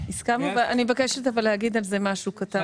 אבל אני מבקשת להגיד על זה משהו קטן.